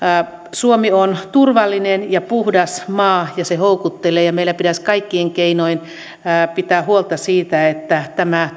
suomi on turvallinen ja puhdas maa ja se houkuttelee ja meillä pitäisi kaikin keinoin pitää huolta siitä että tämä